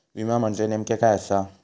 विमा म्हणजे नेमक्या काय आसा?